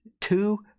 two